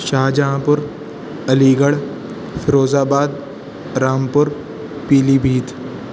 شاہجہاں پور Aligarh Firozabad Rampur پیلی بھیت